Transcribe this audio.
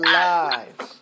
lives